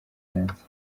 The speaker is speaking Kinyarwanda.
byanze